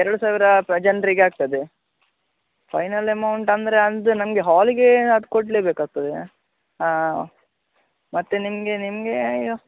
ಎರಡು ಸಾವಿರ ಪ ಜನರಿಗೆ ಆಗ್ತದೆ ಫೈನಲ್ ಅಮೌಂಟ್ ಅಂದರೆ ಅಂದು ನಮಗೆ ಹಾಲಿಗೆ ಅದು ಕೊಡಲೆ ಬೇಕಾಗ್ತದೆ ಮತ್ತು ನಿಮಗೆ ನಿಮಗೆ